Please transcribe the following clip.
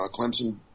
Clemson